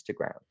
Instagram